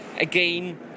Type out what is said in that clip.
Again